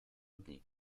dni